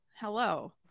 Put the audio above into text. hello